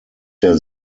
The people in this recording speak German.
der